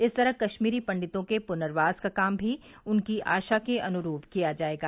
इसी तरह कश्मीरी पंडितों के पुनर्वास का काम भी उनकी आशा के अनुरूप किया जाएगा